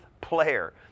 player